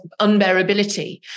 unbearability